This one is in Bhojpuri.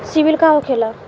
सीबील का होखेला?